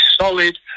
solid